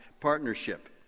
partnership